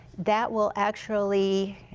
that will actually,